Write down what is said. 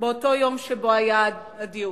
ביום הדיון,